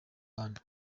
bana